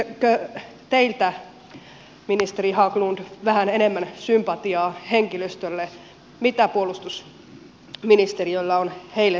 löytyisikö teiltä ministeri haglund vähän enemmän sympatiaa henkilöstölle mitä puolustusministeriöllä on heille tarjota